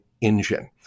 engine